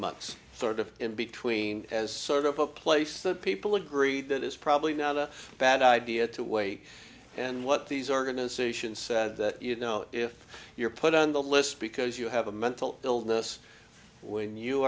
months sort of in between as sort of a place that people agreed that is probably not a bad idea to wait and what these organizations said that you know if you're put on the list because you have a mental illness when you